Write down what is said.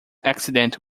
accident